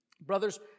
Brothers